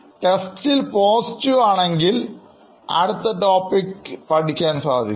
ടെസ്റ്റിൽ പോസിറ്റീവ് ആണെങ്കിൽ അടുത്ത ടോപ്പിക്ക് പഠിക്കാൻ സാധിക്കും